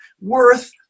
worth